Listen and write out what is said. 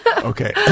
okay